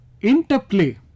interplay